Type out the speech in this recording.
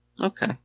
Okay